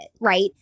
right